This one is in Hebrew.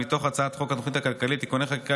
מתוך הצעת חוק התוכנית הכלכלית (תיקוני חקיקה